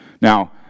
Now